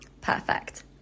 Perfect